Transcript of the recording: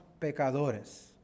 pecadores